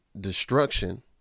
destruction